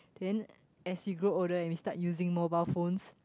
then as you grow older and start using mobile phones